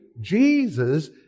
Jesus